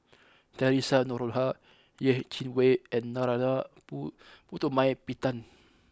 Theresa Noronha Yeh Chi Wei and Narana pu Putumaippittan